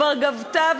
כבר גבתה,